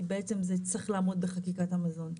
כי בעצם זה צריך לעמוד בחקיקת המזון,